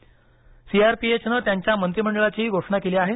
सीआरपीएचनं त्यांच्या मंत्रिमंडळाचीही घोषणा केली आहे